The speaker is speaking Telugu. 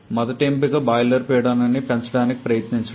మొదటి ఎంపిక బాయిలర్ పీడనం ని పెంచడానికి ప్రయత్నించడం